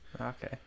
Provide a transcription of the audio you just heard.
Okay